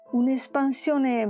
un'espansione